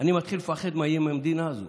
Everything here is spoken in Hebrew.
אני מתחיל לפחד מה יהיה עם המדינה הזאת.